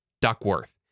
Duckworth